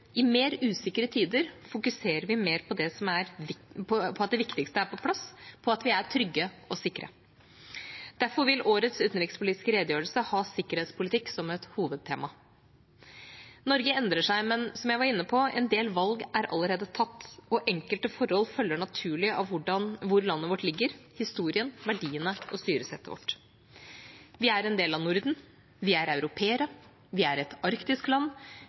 I mer usikre tider fokuserer vi mer på at det viktigste er på plass – på at vi er trygge og sikre. Derfor vil årets utenrikspolitiske redegjørelse ha sikkerhetspolitikk som et hovedtema. Norge endrer seg, men som jeg var inne på: En del valg er allerede tatt, og enkelte forhold følger naturlig av hvor landet vårt ligger, historien, verdiene og styresettet vårt. Vi er en del av Norden. Vi er europeere. Vi er et arktisk land.